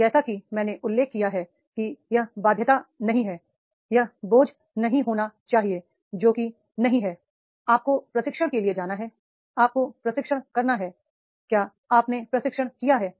जैसा कि मैंने उल्लेख किया है कि यह बाध्यता नहीं है यह बोझ नहीं होना चाहिए जो कि नहीं है आपको प्रशिक्षण के लिए जाना है आपको प्रशिक्षण करना है क्या आपने प्रशिक्षण किया है